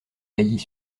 baillis